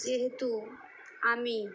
যেহেতু আমি